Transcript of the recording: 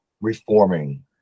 reforming